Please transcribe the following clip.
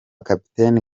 capt